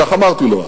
כך אמרתי לו אז.